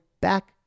Back